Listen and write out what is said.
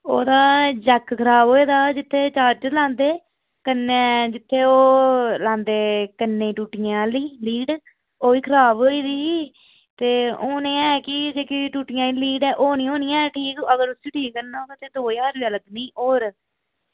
ओह्दा जैक खराब होए दा जित्थें चार्जर लांदे कन्नै जित्थें ओह् लांदे कन्नें ई टूटियें आह्ली लीड़ ओह्बी खराब होई दी ही ते हून एह् ऐ कि ओह् जेह्की टूटियें आ्ह्ली लीड़ ऐ ओह् निं होनी ऐ ठीक बा अगर उसी ठीक करना होऐ ते दौ ज्हार रपेआ लग्गना ई होर